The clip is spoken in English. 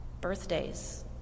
birthdays